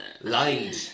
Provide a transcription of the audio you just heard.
Lied